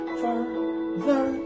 further